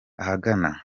ahagana